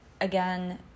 Again